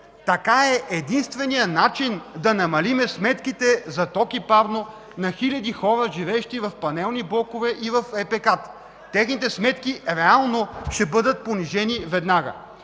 Така е единственият начин да намалим сметките за ток и парно на хиляди хора, живеещи в панелни блокове и в ЕПК. Техните сметки реално ще бъдат понижени веднага.